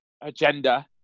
agenda